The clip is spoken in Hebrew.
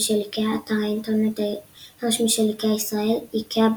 של איקאה אתר האינטרנט הרשמי של איקאה ישראל איקאה,